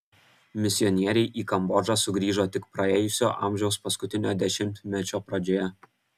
misionieriai į kambodžą sugrįžo tik praėjusio amžiaus paskutinio dešimtmečio pradžioje